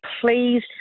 please